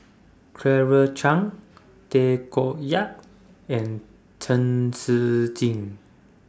Claire Chiang Tay Koh Yat and Chen Shiji